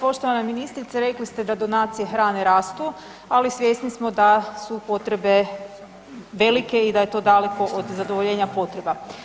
Poštovana ministrice, rekli ste da donacije hrane rastu ali svjesni smo da su potrebe velike i da je to daleko od zadovoljenja potreba.